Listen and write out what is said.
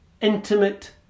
intimate